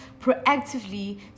proactively